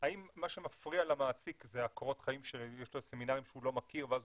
האם מה שמפריע למעסיק זה קורות החיים שיש לו סמינרים שהוא לא מכיר ואז